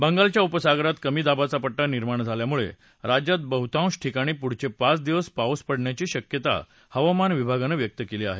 बंगालच्या उपसागरात कमी दाबाचा पट्टा निर्माण झाल्यामुळे राज्यात बहुतांश ठिकाणी पुढचे पाच दिवस पाऊस पडण्याची शक्यता हवामान विभागानं व्यक्त केला आहे